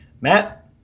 Matt